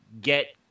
get